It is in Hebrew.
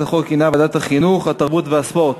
שהיא ועדת החינוך, התרבות והספורט.